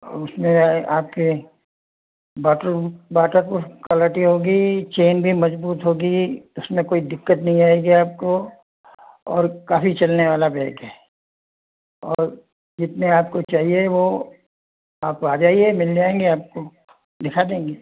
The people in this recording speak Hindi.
उसमें आपके वाटर वाटर फ्रूफ क्वालिटी होगी चैन भी मजबूत होगी उसमें कोई दिक्कत भी नहीं आएगी आपको और काफी चलने वाला बैग है और जितने आपको चाहिए वो आप आ जाइए मिल जाएंगे आपको दिखा देंगे